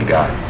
God